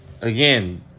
again